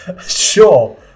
sure